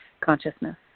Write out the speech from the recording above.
consciousness